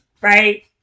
right